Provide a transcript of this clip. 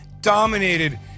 dominated